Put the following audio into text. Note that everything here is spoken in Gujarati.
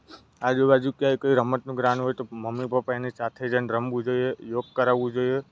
આજુબાજુ ક્યાંય કોઈ રમતનું ગ્રાઉન્ડ હોય તો મમ્મી પપ્પા એની સાથે જઈને રમવું જોઈએ યોગ કરાવવું જોઈએ